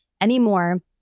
anymore